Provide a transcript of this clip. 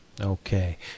okay